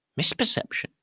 misperception